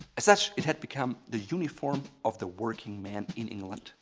as such, it had become the uniform of the working man in england.